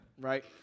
Right